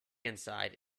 inside